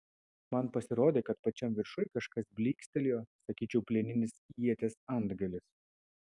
man pasirodė kad pačiam viršuj kažkas blykstelėjo sakyčiau plieninis ieties antgalis